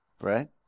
right